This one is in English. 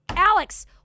Alex